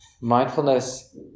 mindfulness